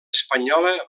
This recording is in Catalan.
espanyola